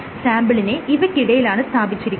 സാംപിളിനെ ഇവയ്ക്കിടയിലാണ് സ്ഥാപിച്ചിരിക്കുന്നത്